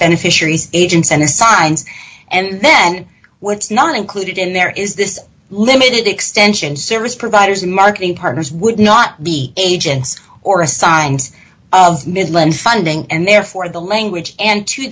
official agents and assigns and then what's not included in there is this limited extension service providers marketing partners would not be agents or assigns of midland funding and therefore the language and to